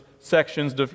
sections